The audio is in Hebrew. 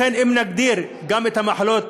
לכן, אם נגדיר גם את המחלות